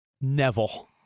Neville